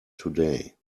today